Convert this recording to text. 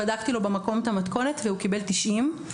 בדקתי לו במקום את המתכונת והוא קיבל 90,